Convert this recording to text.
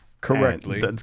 correctly